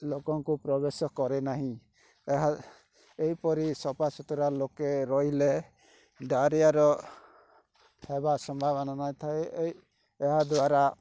ଲୋକଙ୍କୁ ପ୍ରବେଶ କରେ ନାହିଁ ଏହା ଏହିପରି ସଫା ସୁତୁରା ଲୋକେ ରହିଲେ ଡ଼ାଇରିଆର ହେବା ସମ୍ଭାବନା ନଥାଏ ଏ ଏହା ଦ୍ବାରା